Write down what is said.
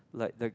like the